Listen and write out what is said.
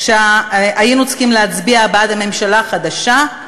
כשהיינו צריכים להצביע בעד הממשלה החדשה,